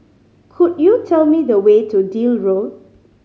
could you tell me the way to Deal Road